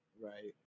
right